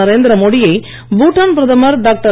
நரேந்திரமோடி யை பூட்டான் பிரதமர் டாக்டர்